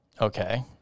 Okay